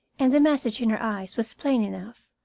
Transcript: and the message in her eyes was plain enough.